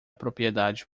propriedade